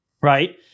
right